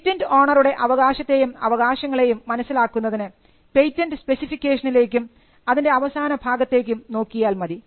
patent ഓണറുടെ അവകാശത്തെയും അവകാശങ്ങളെയും മനസ്സിലാക്കുന്നതിന് പേറ്റന്റ് സ്പെസിഫിക്കേഷനിലേക്കും അതിൻറെ അവസാന ഭാഗത്തേക്കും നോക്കിയാൽ മതി